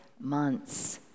months